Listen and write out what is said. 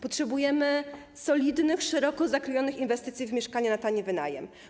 Potrzebujemy solidnych, szeroko zakrojonych inwestycji w mieszkania na tani wynajem.